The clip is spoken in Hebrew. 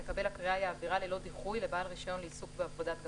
מקבל הקריאה יעבירה ללא דיחוי לבעל רישיון לעיסוק בעבודת גפ"מ,